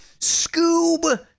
Scoob